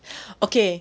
okay